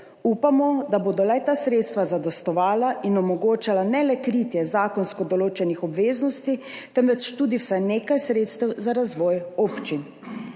Upamo, da bodo ta sredstva zadostovala in omogočala ne le kritje zakonsko določenih obveznosti, temveč tudi vsaj nekaj sredstev za razvoj občin.